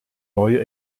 neue